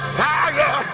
fire